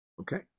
Okay